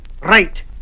Right